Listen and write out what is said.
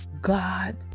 God